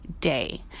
day